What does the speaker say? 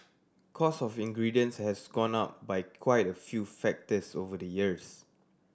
cost of ingredients has gone up by quite a few factors over the years